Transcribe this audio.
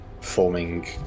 forming